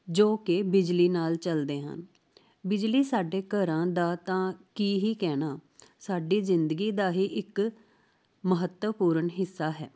ਜੋ ਕਿ ਬਿਜਲੀ ਨਾਲ ਚੱਲਦੇ ਹਨ ਬਿਜਲੀ ਸਾਡੇ ਘਰਾਂ ਦਾ ਤਾਂ ਕੀ ਹੀ ਕਹਿਣਾ ਸਾਡੀ ਜ਼ਿੰਦਗੀ ਦਾ ਹੀ ਇੱਕ ਮਹੱਤਵਪੂਰਨ ਹਿੱਸਾ ਹੈ